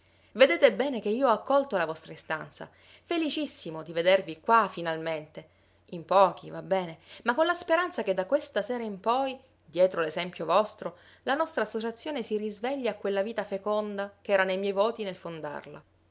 vedete bene che io ho accolto la vostra istanza felicissimo di vedervi qua finalmente in pochi va bene ma con la speranza che da questa sera in poi dietro l'esempio vostro la nostra associazione si risvegli a quella vita feconda ch'era nei miei voti nel fondarla